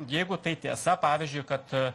jeigu tai tiesa pavyzdžiui kad